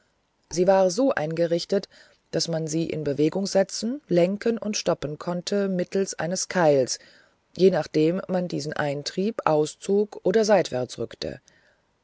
sie war so eingerichtet daß man sie in bewegung setzen lenken und stoppen konnte mittelst eines keiles je nachdem man diesen eintrieb auszog oder seitwärts rückte